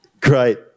great